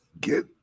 get